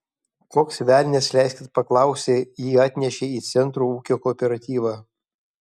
koks velnias leiskit paklausti jį atnešė į centro ūkio kooperatyvą